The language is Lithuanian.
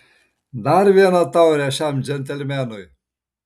dar vieną taurę šiam džentelmenui